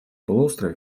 полуострове